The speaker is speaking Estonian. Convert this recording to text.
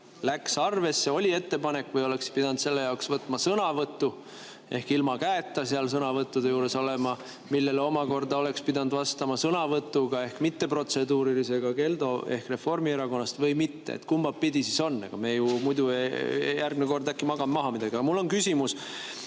läks arvesse, oli ettepanek, või oleks pidanud selle jaoks võtma sõnavõtu ehk ilma käeta seal sõnavõttude juures, millele omakorda oleks pidanud vastama sõnavõtuga ehk mitteprotseduurilisega Keldo Reformierakonnast või mitte. Kumba pidi on? Me muidu järgmine kord äkki magame maha midagi. Aga mul on küsimus,